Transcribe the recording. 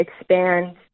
expand